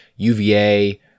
UVA